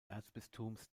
erzbistums